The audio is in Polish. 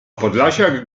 podlasiak